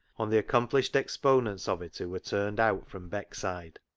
on the accom plished exponents of it who were turned out from beckside.